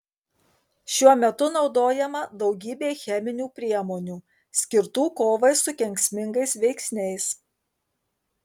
šiuo metu naudojama daugybė cheminių priemonių skirtų kovai su kenksmingais veiksniais